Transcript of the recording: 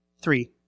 Three